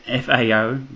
FAO